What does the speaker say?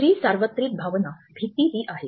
तिसरी सार्वत्रिक भावना 'भीती' ही आहे